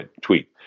tweet